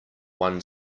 one